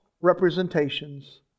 representations